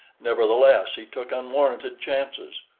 nevertheless he took unwarranted chances.